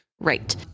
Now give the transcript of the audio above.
Right